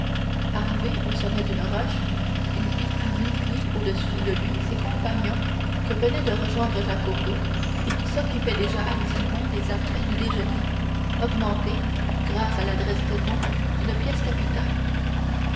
arrivé au sommet d'une roche il vit à mille pieds au-dessous de lui ses compagnons que venait de rejoindre jacopo et qui s'occupaient déjà activement des apprêts du déjeuner augmenté grâce à l'adresse d'edmond d'une pièce capitale